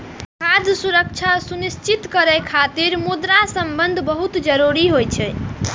खाद्य सुरक्षा सुनिश्चित करै खातिर मृदा प्रबंधन बहुत जरूरी होइ छै